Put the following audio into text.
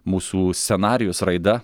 mūsų scenarijus raida